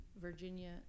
Virginia